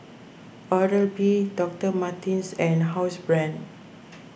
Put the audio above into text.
Oral B Doctor Martens and Housebrand